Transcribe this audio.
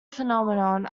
phenomenon